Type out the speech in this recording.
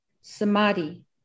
Samadhi